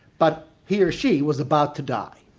but he or she was about to die.